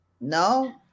No